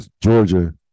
Georgia